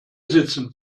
sitzen